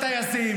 תגידי סליחה.